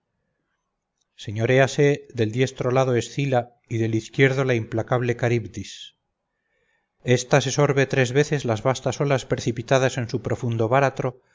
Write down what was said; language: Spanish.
riberas señorease del diestro lado escila y del izquierdo la implacable caribdis esta se sorbe tres veces las vastas olas precipitadas en su profundo báratro